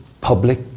public